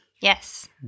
Yes